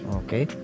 okay